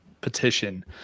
petition